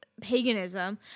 paganism